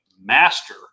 master